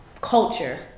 culture